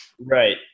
Right